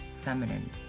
feminine